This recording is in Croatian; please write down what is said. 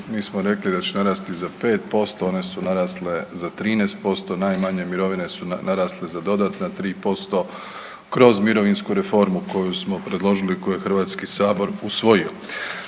Mi smo rekli da će narasti za 5% one su narasle za 13% najmanje mirovine su narasle za dodatna 3% kroz mirovinsku koju smo predložili i koju je Hrvatski sabor usvojio.